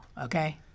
Okay